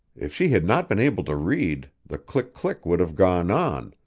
if she had not been able to read, the click-click would have gone on,